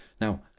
Now